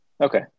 Okay